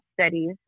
studies